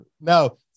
No